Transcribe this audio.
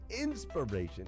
inspiration